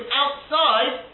outside